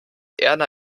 erna